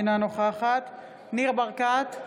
אינה נוכחת ניר ברקת,